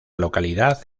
localidad